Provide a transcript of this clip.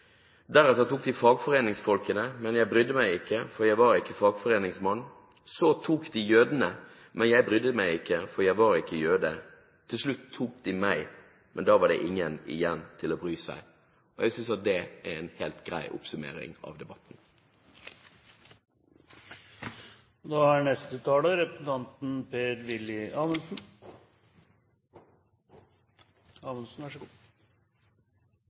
Deretter tok de fagforeningsfolkene men jeg brydde meg ikke for jeg var ikke fagforeningsmann. Så tok de jødene men jeg brydde meg ikke for jeg var ikke jøde. Til slutt tok de meg. Men da var det ingen igjen til å bry seg.» Jeg synes at det er en helt grei oppsummering av debatten. Det som blir hengende igjen etter denne debatten, er